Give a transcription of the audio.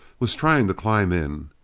was trying to climb in!